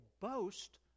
boast